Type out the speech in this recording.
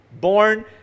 Born